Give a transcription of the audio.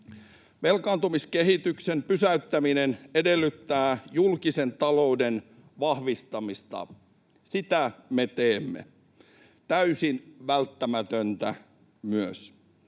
Velkaantumiskehityksen pysäyttäminen edellyttää julkisen talouden vahvistamista — sitä me teemme, täysin välttämätöntä myös.